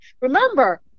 Remember